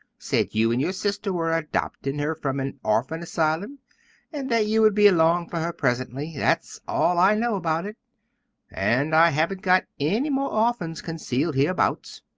said you and your sister were adopting her from an orphan asylum and that you would be along for her presently. that's all i know about it and i haven't got any more orphans concealed hereabouts.